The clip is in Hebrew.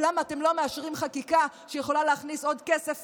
ולמה אתם לא מאשרים חקיקה שיכולה להכניס עוד כסף